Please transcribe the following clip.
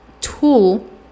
tool